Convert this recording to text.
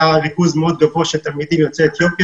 ריכוז מאוד גבוה של תלמידים יוצאי אתיופיה.